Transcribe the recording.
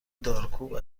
دارکوب